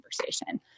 conversation